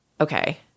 okay